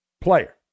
player